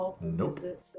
Nope